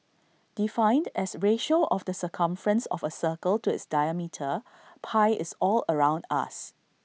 defined as ratio of the circumference of A circle to its diametre pi is all around us